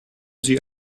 sie